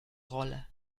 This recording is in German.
rolle